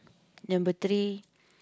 number three